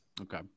Okay